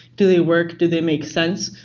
do they work? do they make sense?